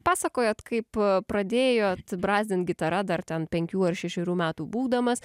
pasakojot kaip pradėjo brazdint gitara dar ten penkių ar šešerių metų būdamas